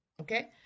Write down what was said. okay